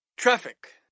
Traffic